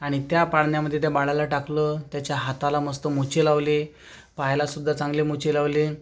आणि त्या पाळण्यामध्ये त्या बाळाला टाकलं त्याच्या हाताला मस्त मोजे लावले पायाला सुद्धा चांगले मोजे लावले